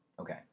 Okay